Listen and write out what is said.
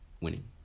winning